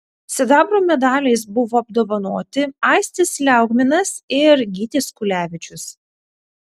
sidabro medaliais buvo apdovanoti aistis liaugminas ir gytis kulevičius